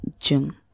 jung